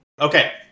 Okay